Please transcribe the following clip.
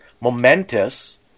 momentous